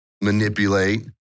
manipulate